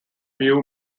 view